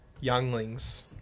younglings